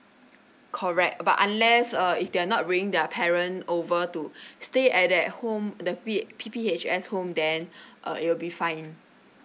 correct but unless uh if they're not bringing their parent over to stay at that home the P P_P_H_S home then uh it will be fine